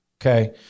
Okay